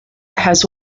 has